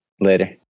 Later